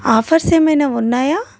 offers ఏమైనా ఉన్నాయా